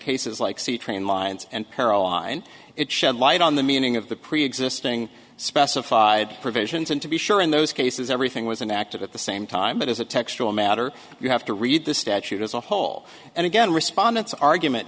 cases like sea train lines and caroline it shed light on the meaning of the preexisting specified provisions and to be sure in those cases everything was inactive at the same time but as a textual matter you have to read the statute as a whole and again respondants argument